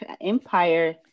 empire